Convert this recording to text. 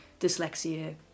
dyslexia